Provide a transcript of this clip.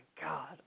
God